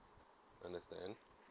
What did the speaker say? understand